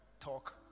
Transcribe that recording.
talk